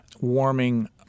Warming